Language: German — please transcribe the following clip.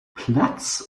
platz